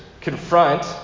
confront